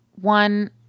One